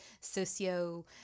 socio-